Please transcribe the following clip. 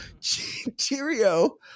Cheerio